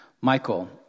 Michael